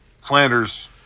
Slanders